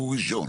והוא ראשון.